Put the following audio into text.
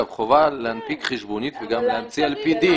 חובה להנפיק חשבונית על פי דין.